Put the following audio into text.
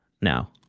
now